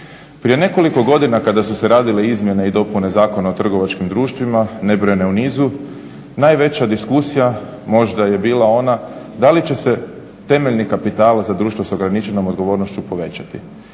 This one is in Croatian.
Prije nekoliko godina kada su se radile izmjene i dopune Zakona o trgovačkim društvima nebrojene u nizu najveća diskusija možda je bila ona da li će se temeljni kapital za društvo s ograničenom odgovornošću povećati.